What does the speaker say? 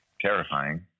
terrifying